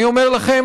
אני אומר לכם,